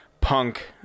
punk